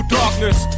darkness